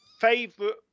favorite